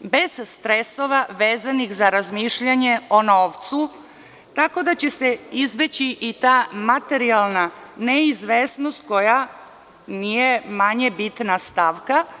bez stresova vezanih za razmišljanje o novcu, tako da će se izbeći i ta materijalna neizvesnost koja nije manje bitna stavka.